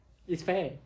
it's fair